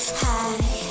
high